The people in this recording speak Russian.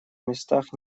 местах